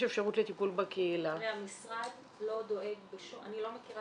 יש אפשרות לטיפול בקהילה -- המשרד לא דואג -- -אני לא מכירה